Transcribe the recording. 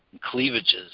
cleavages